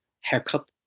haircut